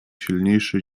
silniejszy